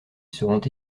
seront